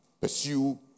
Pursue